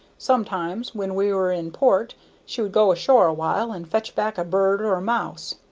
sometimes when we were in port she would go ashore awhile, and fetch back a bird or a mouse,